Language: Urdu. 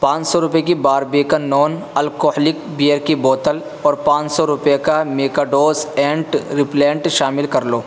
پانچ سو روپئے کی باربیکن نان الکحلک بیئر کی بوتل اور پانچ سو روپئے کا میکاڈوس اینٹ ریپیلنٹ شامل کر لو